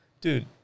dude